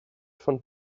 von